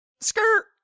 Skirt